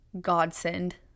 godsend